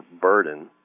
burden